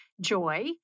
Joy